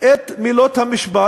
את מילות המשפט,